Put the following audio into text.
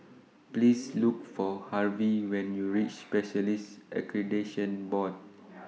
Please Look For Harvy when YOU REACH Specialists Accreditation Board